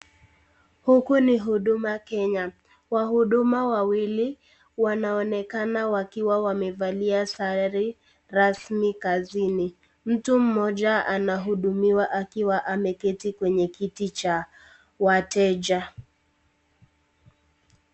Huku ni huduma Kenya, wahudumu wawili wanaonekana wakiwa wamevalia sare rasmi kazini, mtu mmoja anahudumiwa akiwa ameketi kwenye kiti cha wateja.